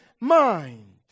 mind